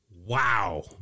Wow